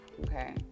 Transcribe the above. okay